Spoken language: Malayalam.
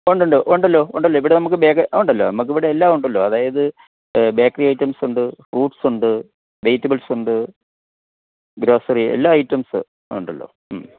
ഉണ്ട് ഉണ്ട് ഉണ്ടല്ലോ ഉണ്ടല്ലോ ഇവിടെ നമ്മൾക്ക് ഉണ്ടല്ലോ നമ്മൾക്ക് ഇവിടെ എല്ലാം ഉണ്ടല്ലോ അതായത് ബേക്കറി ഐറ്റംസുണ്ട് ഫ്രൂട്ട്സുണ്ട് വെയ്റ്റബിൾസ് ഉണ്ട് ഗ്രോസ്സറി എല്ലാ ഐറ്റംസ് ഉണ്ടല്ലോ